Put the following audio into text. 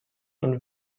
und